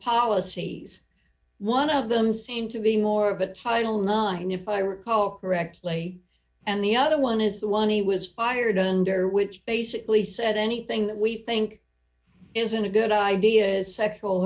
policies one of them seemed to be more but title nine if i recall correctly and the other one is the one he was fired under which basically said anything that we think isn't a good idea sexual